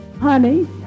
honey